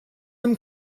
him